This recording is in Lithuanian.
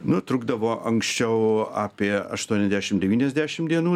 nu trukdavo anksčiau apie aštuoniasdešim devyniasdešim dienų